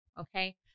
Okay